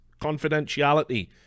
confidentiality